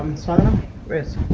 some rest.